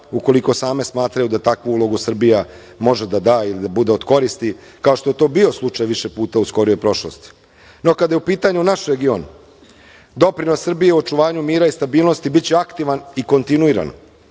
ukoliko same smatraju da takvu ulogu Srbija može da da ili da bude od koristi, kao što je to bio slučaj više puta u skorijoj prošlosti.No, kada je u pitanju naš region, doprinos Srbije očuvanju mira i stabilnosti biće aktivan i kontinuiran.